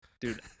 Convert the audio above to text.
dude